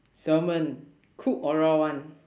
salmon cook or raw one